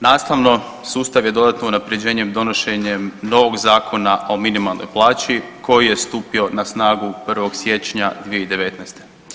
Nastavno, sustav je dodatno unaprjeđen donošenjem novog Zakona o minimalnoj plaći koji je stupio na snagu 1. siječnja 2019.